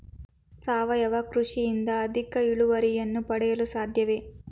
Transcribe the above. ಸಾವಯವ ಕೃಷಿಯಿಂದ ಅಧಿಕ ಇಳುವರಿಯನ್ನು ಪಡೆಯಲು ಸಾಧ್ಯವೇ?